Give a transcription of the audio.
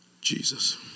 Jesus